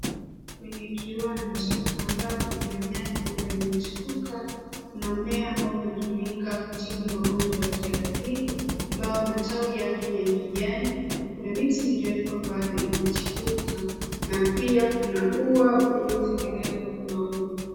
Kwenye kiwanja ambapo kuna nyasi ambayo imechipuka kuna mmea ambayo unatumika kutibu magonjwa ya kiasili ambayo matawi yake ni ya kijani. Kuna miti mirefu ambayo imechipuka na pia kuna ua uliotengenezwa kwa maua.